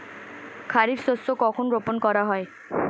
খারিফ শস্য কখন রোপন করা হয়?